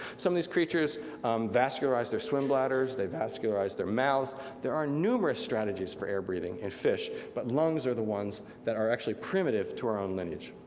some of these creatures vascularize their swim bladders, they vascularize their mouths there are numerous strategies for air breathing in fish, but lungs are the ones that are actually primitive to our own lineage.